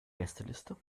gästeliste